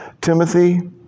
Timothy